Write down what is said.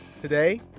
today